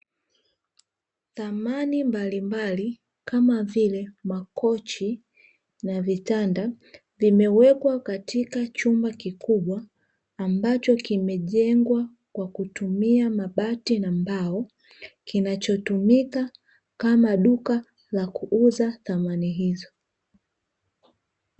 Samani mbalimbali kama vile makochi na vitanda vimewekwa katika chumba kikubwa, ambacho kimejengwa kwa kutumia mabati na mbao kinachotumika kama duka la kuuza samani hizo.